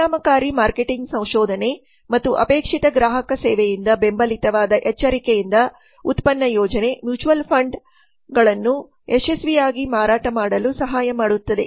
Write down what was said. ಪರಿಣಾಮಕಾರಿ ಮಾರ್ಕೆಟಿಂಗ್ ಸಂಶೋಧನೆ ಮತ್ತು ಅಪೇಕ್ಷಿತ ಗ್ರಾಹಕ ಸೇವೆಯಿಂದ ಬೆಂಬಲಿತವಾದ ಎಚ್ಚರಿಕೆಯಿಂದ ಉತ್ಪನ್ನ ಯೋಜನೆ ಮ್ಯೂಚುವಲ್ ಫಂಡ್ಗಳನ್ನು ಯಶಸ್ವಿಯಾಗಿ ಮಾರಾಟ ಮಾಡಲು ಸಹಾಯ ಮಾಡುತ್ತದೆ